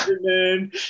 man